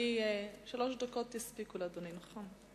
שלוש דקות יספיקו לאדוני, נכון?